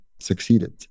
succeeded